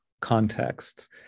contexts